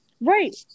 Right